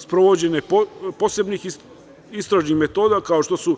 Sprovođenje posebnih istražnih metoda kao što su